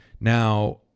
Now